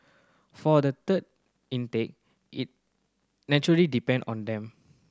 for the third intake it natural depend on them